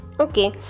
okay